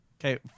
Okay